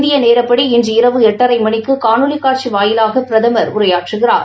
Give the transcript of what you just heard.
இந்திய நேரப்படி இன்று இரவு எட்டரை மணிக்கு காணொலி காட்சி வாயிலாக பிரதமர் உரையாற்றுகிறார்